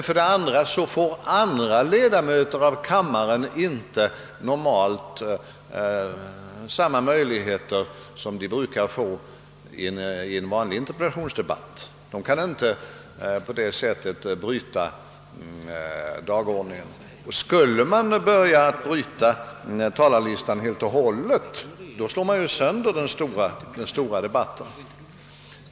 För det andra får andra ledamöter av kammaren inte normalt samma möjligheter som i en vanlig interpellationsdebatt — de kan inte bryta talarordningen. Och skulle man börja att så att säga helt och hållet bryta talarlistan slår man ju sönder den stora debatten.